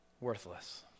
worthless